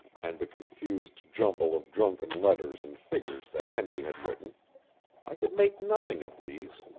and the confused jumble of drunken letters and figures that henry had written i could make nothing of these.